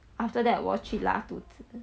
after that 我去拉肚子